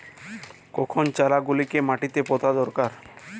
কখন চারা গুলিকে মাটিতে পোঁতা দরকার?